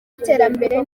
iterambere